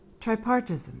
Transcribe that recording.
tripartism